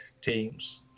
teams